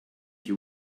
you